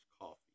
Coffee